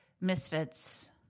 misfits